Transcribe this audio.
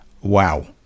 Wow